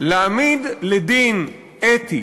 להעמיד לדין אתי